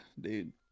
dude